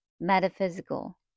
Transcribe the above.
metaphysical